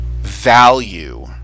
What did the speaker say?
value